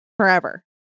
Forever